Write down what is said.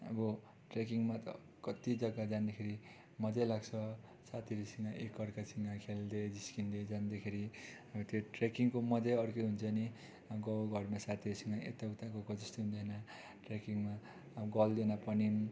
अब ट्रेकिङमा त कति जग्गा जाँदाखेरि मजै लाग्छ साथीहरूसँग एकअर्कासँग खेल्दै जिस्किँदै जाँदाखेरि त्यो ट्रेकिङको मजै अर्कै हुन्छ नि गाउँघरमा साथीहरूसँग यताउता गएको जस्तो हुँदैन ट्रेकिङमा अब गल्दैन पनि